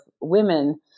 women